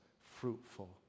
fruitful